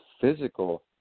physical